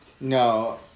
No